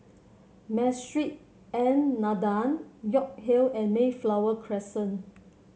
Masjid An Nahdhah York Hill and Mayflower Crescent